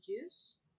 juice